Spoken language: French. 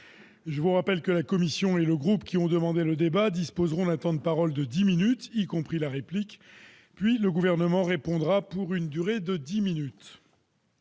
que les orateurs de la commission et du groupe qui ont demandé ce débat disposeront d'un temps de parole de dix minutes, y compris la réplique, puis le Gouvernement répondra pour une durée équivalente.